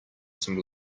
some